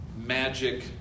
magic